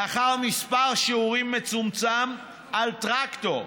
לאחר מספר שיעורים מצומצם על טרקטור,